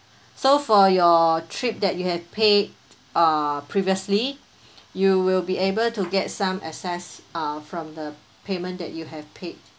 so for your trip that you have paid uh previously you will be able to get some excess uh from the payment that you have paid